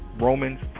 Romans